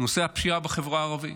נושא הפשיעה בחברה הערבית.